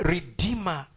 Redeemer